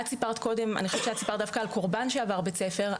את סיפרת דווקא על קורבן שעבר בית ספר.